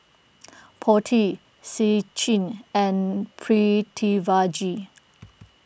Potti Sachin and Pritiviraj